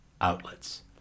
outlets